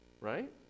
Right